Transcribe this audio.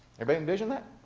everybody envision that?